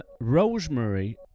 Rosemary